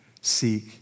seek